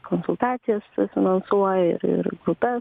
konsultacijas finansuoja ir ir grupes